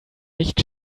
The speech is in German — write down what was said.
nicht